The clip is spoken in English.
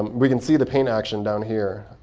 we can see the paint action down here.